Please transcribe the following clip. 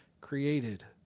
created